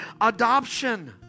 adoption